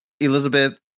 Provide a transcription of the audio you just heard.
Elizabeth